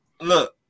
Look